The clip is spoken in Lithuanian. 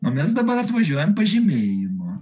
o mes dabar atvažiuojam pažymėjimo